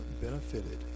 benefited